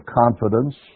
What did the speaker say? confidence